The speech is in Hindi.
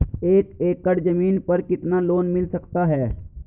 एक एकड़ जमीन पर कितना लोन मिल सकता है?